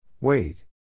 Wait